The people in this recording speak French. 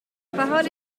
parole